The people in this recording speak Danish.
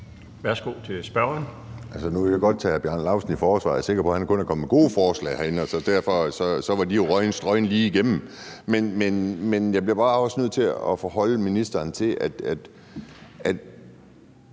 (NB): Altså, nu vil jeg godt tage hr. Bjarne Laustsen i forsvar. Jeg er sikker på, at han kun er kommet med gode forslag herinde, så derfor var de jo strøget lige igennem. Men jeg bliver også bare nødt til at foreholde ministeren, at